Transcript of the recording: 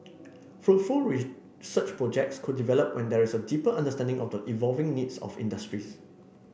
fruitful research projects could develop when there is a deeper understanding of the evolving needs of industries